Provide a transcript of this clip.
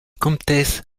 comtesse